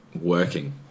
working